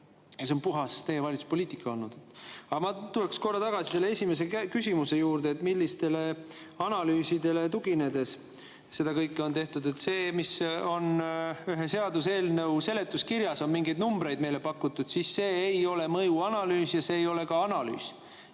See on puhtalt teie valitsuse poliitika olnud. Aga ma tuleksin korra tagasi selle esimese küsimuse juurde, et millistele analüüsidele tuginedes seda kõike on tehtud. See, et ühe seaduseelnõu seletuskirjas on meile mingeid numbreid pakutud, ei ole mõjuanalüüs ja see ei ole ka analüüs.